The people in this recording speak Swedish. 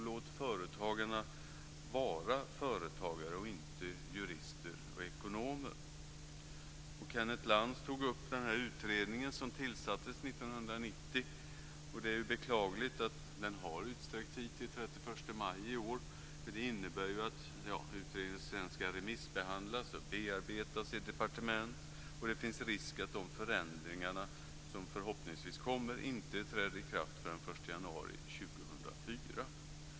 Låt företagarna vara företagare och inte jurister och ekonomer. Kenneth Lantz tog upp den utredning som tillsattes 1999. Det är beklagligt att den har fått utsträckt tid till den 31 maj i år. Utredningen ska ju sedan remissbehandlas och bearbetas i departement, och det finns risk för att de förändringar som förhoppningsvis kommer inte träder i kraft förrän den 1 januari 2004.